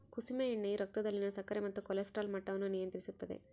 ಕುಸುಮೆ ಎಣ್ಣೆಯು ರಕ್ತದಲ್ಲಿನ ಸಕ್ಕರೆ ಮತ್ತು ಕೊಲೆಸ್ಟ್ರಾಲ್ ಮಟ್ಟವನ್ನು ನಿಯಂತ್ರಿಸುತ್ತದ